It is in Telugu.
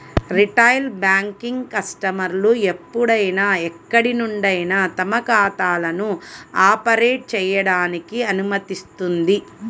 రిటైల్ బ్యాంకింగ్ కస్టమర్లు ఎప్పుడైనా ఎక్కడి నుండైనా తమ ఖాతాలను ఆపరేట్ చేయడానికి అనుమతిస్తుంది